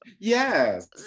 Yes